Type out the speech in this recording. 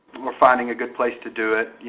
finding a good place to do it.